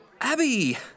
Abby